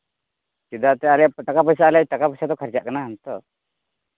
ᱪᱮᱫᱟᱜ ᱥᱮ ᱟᱞᱮᱭᱟᱜ ᱴᱟᱠᱟ ᱯᱚᱭᱥᱟ ᱟᱞᱮᱭᱟᱜ ᱴᱟᱠᱟ ᱯᱚᱭᱥᱟ ᱛᱚ ᱠᱷᱚᱨᱪᱟᱜ ᱠᱟᱱᱟ ᱱᱤᱛᱚᱜ